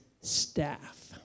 staff